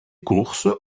courses